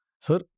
Sir